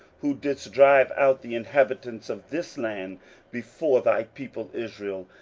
who didst drive out the inhabitants of this land before thy people israel,